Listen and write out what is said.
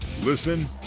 Listen